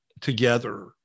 together